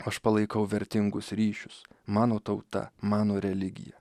aš palaikau vertingus ryšius mano tauta mano religija